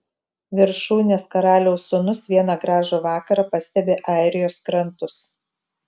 viršūnės karaliaus sūnus vieną gražų vakarą pastebi airijos krantus